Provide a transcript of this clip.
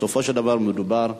בסופו של דבר מדובר בילדים,